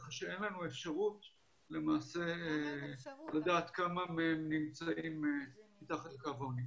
-- כך שאין לנו אפשרות למעשה לדעת כמה מהם נמצאים מתחת לקו העוני.